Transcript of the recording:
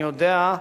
אני יודע,